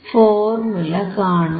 formula കാണുക